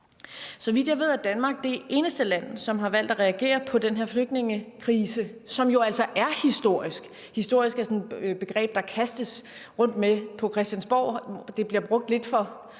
Så vidt jeg ved, er Danmark det eneste land, som har valgt at reagere på den her flygtningekrise, som jo altså er historisk. »Historisk« er sådan et begreb, der kastes rundt med på Christiansborg – det bliver brugt lidt for ofte